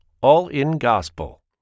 all-in-gospel